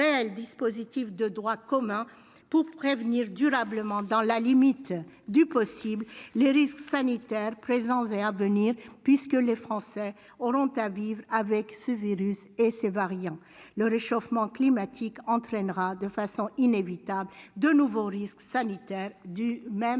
Le réchauffement climatique entraînera inévitablement de nouveaux risques sanitaires du même genre.